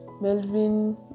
melvin